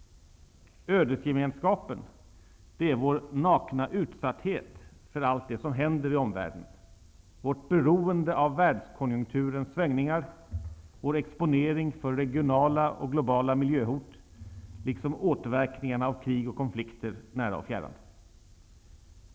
Ödesgemenskapen är vår nakna utsatthet för allt det som händer i omvärlden, vårt beroende av världskonjunkturens svängningar, vår exponering för regionala och globala miljöhot liksom återverkningarna av krig och konflikter nära och fjärran.